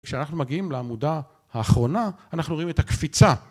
כשאנחנו מגיעים לעמודה האחרונה אנחנו רואים את הקפיצה